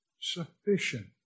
sufficient